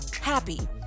happy